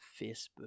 Facebook